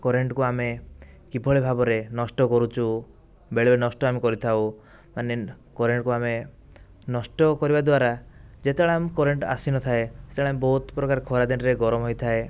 କରେଣ୍ଟକୁ ଆମେ କିଭଳି ଭାବରେ ନଷ୍ଟ କରୁଚୁ ବେଳେବେଳେ ନଷ୍ଟ ଆମେ କରିଥାଉ ମାନେ କରେଣ୍ଟକୁ ଆମେ ନଷ୍ଟ କରିବା ଦ୍ୱାରା ଯେତେବେଳେ ଆମ କରେଣ୍ଟ ଆସିନଥାଏ ସେତେବେଳେ ଆମେ ବହୁତ ପ୍ରକାର ଖରା ଦିନରେ ଗରମ ହେଇଥାଏ